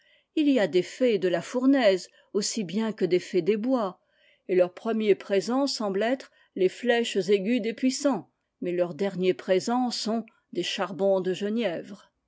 il y a des fées de la fournaise aussi bien que des fées des bois et leurs premiers présents semblent être les nèches aiguës des puissants mais leurs derniers présents sont des charbons de genièvre